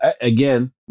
again